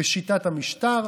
בשיטת המשטר,